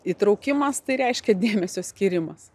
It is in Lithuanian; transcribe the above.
įtraukimas tai reiškia dėmesio skyrimas